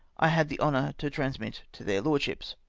i had the honour to transmit to their lordships.